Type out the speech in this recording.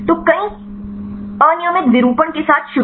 तो कई यादृच्छिक विरूपण के साथ शुरू